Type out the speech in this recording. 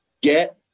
Get